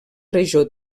regió